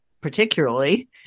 particularly